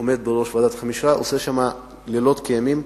עומד בראש ועדת החמישה ועושה שם לילות כימים.